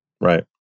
Right